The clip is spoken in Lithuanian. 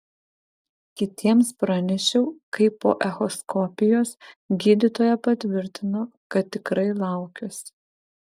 kitiems pranešiau kai po echoskopijos gydytoja patvirtino kad tikrai laukiuosi